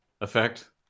effect